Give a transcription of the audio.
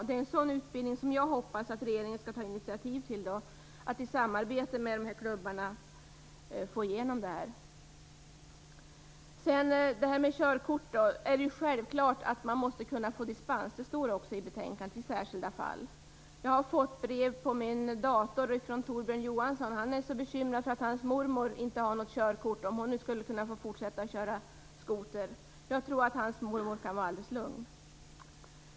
Det är en sådan utbildning som jag hoppas att regeringen skall ta initiativ till och i samarbete med dessa klubbar få igenom det. Det är självklart att man måste kunna få dispens för det här körkortet i särskilda fall. Det står också i betänkandet. Jag har fått brev på min dator från Torbjörn Johansson. Han är så bekymrad för att hans mormor inte har något körkort och undrar om hon nu skulle kunna få fortsätta att köra skoter. Jag tror att hans mormor kan vara alldeles lugn.